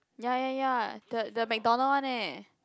ya ya ya the the McDonald one eh